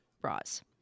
bras